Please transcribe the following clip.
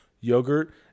yogurt